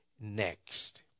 next